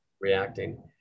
reacting